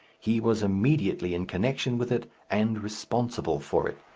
he was immediately in connection with it and responsible for it.